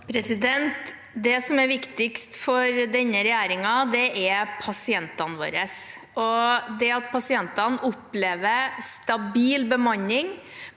Det som er vik- tigst for denne regjeringen, er pasientene våre. Det at pasientene opplever en stabil bemanning,